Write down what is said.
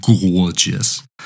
gorgeous